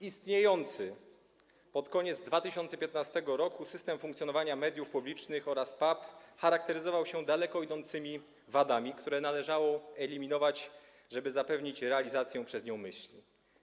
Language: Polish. Istniejący pod koniec 2015 r. system funkcjonowania mediów publicznych oraz PAP charakteryzowały się daleko idącymi wadami, które należało wyeliminować, żeby zapewnić realizację przez nie misji.